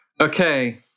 Okay